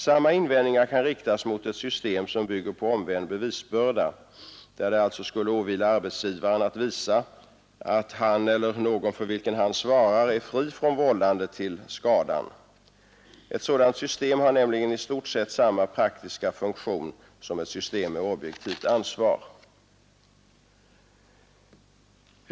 Samma invändningar kan riktas mot ett system som bygger på omvänd bevisbörda, där det alltså skulle åvila arbetsgivaren att visa att han eller någon för vilken han svarar är fri från vållande till skadan. Ett sådant system har nämligen i stort sett samma praktiska funktion som ett system med objektivt ansvar.